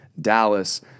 Dallas